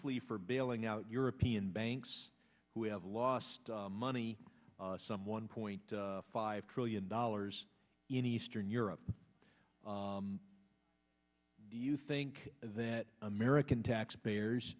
for bailing out european banks who have lost money some one point five trillion dollars in eastern europe do you think that american taxpayers